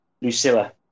Lucilla